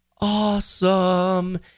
awesome